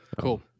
Cool